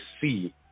see